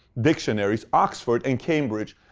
dictionaries, oxford and cambridge.